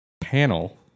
panel